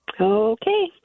Okay